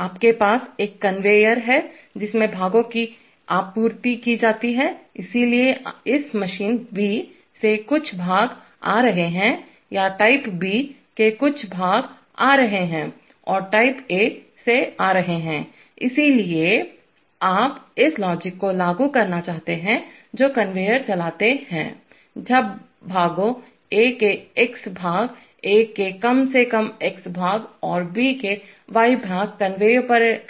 आपके पास एक कन्वेयर है जिसमें भागों की आपूर्ति की जाती है इसलिए इस मशीन B से कुछ भाग आ रहे हैं या टाइप B के कुछ भाग आ रहे हैं और टाइप A से आ रहे हैं इसलिए आप इस लॉजिक को लागू करना चाहते हैं जो कन्वेयर चलाते हैं जब भागों A के x भाग A के कम से कम x भाग और B के y भाग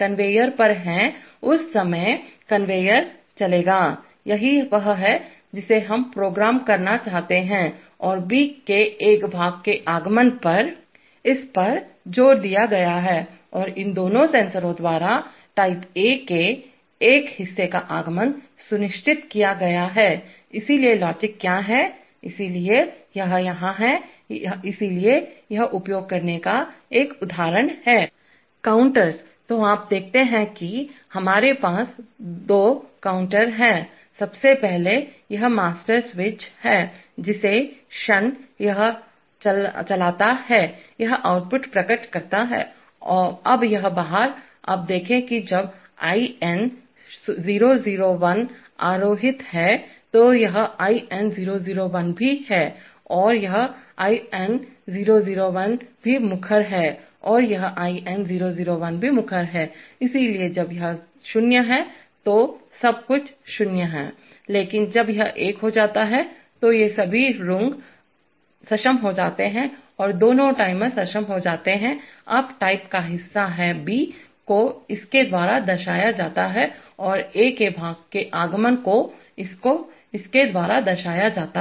कन्वेयर पर हैं उस समय कन्वेयर चलेगा यही वह है जिसे हम प्रोग्राम करना चाहते हैं और B के एक भाग के आगमन पर इस पर जोर दिया गया है और इन दोनों सेंसरों द्वारा टाइप A के एक हिस्से का आगमन सुनिश्चित किया गया है इसलिए लॉजिक क्या है इसलिए यह यहाँ है इसलिए यह उपयोग करने का एक उदाहरण है काउंटरर्स तो आप देखते हैं कि हमारे पास दो काउंटर हैं सबसे पहले यह मास्टर स्विच है जिस क्षण यह चलता है यह आउटपुट प्रकट करता है अब यह बाहर अब देखें कि जब IN001 आरोहित है तो यह IN001 भी है और यह IN001 भी मुखर है और यह IN001 भी मुखर है इसलिए जब यह 0 है तो सब कुछ 0 है लेकिन जब यह एक हो जाता है तो ये सभी रँग सक्षम हो जाते हैं और दोनों टाइमर सक्षम हो जाते हैं अब टाइप का हिस्सा है B को इसके द्वारा दर्शाया जाता है और A के भाग के आगमन को इसके द्वारा दर्शाया जाता है